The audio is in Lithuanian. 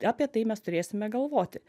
apie tai mes turėsime galvoti